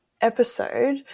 episode